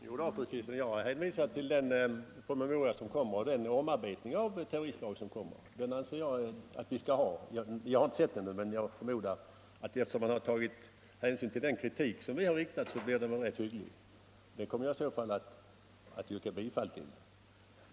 Herr talman! Jag har hänvisat, fru Kristensson, till den promemoria och den omarbetning av terroristlagen som skall komma. Jag har ännu inte sett denna promemoria, men om man tagit hänsyn till vår kritik blir den sålunda hygglig. Det förslaget kommer jag i så fall att yrka bifall till.